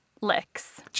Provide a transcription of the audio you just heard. Licks